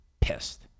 pissed